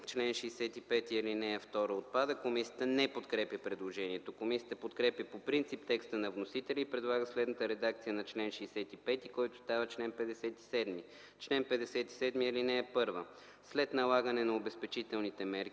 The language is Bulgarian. чл. 65, ал. 2 отпада. Комисията не подкрепя предложението. Комисията подкрепя по принцип текста на вносителя и предлага следната редакция на чл. 65, който става чл. 57: „Чл. 57. (1) След налагане на обезпечителните мерки